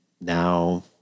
now